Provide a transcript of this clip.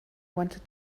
wanted